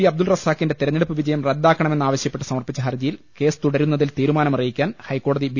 അബ്ദുൽ റസാ ഖിന്റെ തെരഞ്ഞെടുപ്പ് വിജയം റദ്ദാക്കണമെന്നാവശ്യപ്പെട്ട് സമർപ്പിച്ച ഹർജിയിൽ കേസ് തുടരുന്നതിൽ തീരുമാനമറിയിക്കാൻ ഹൈക്കോടതി ബി